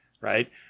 right